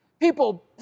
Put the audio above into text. People